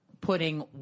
putting